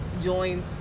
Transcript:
join